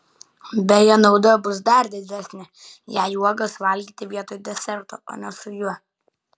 beje nauda bus dar didesnė jei uogas valgyti vietoj deserto o ne su juo